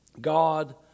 God